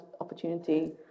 opportunity